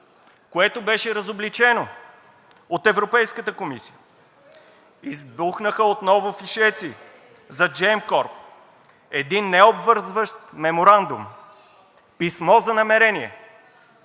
което беше разобличено от Европейската комисия. Избухнаха отново фишеци за Gemcorp – един необвързващ меморандум, писмо за намерение,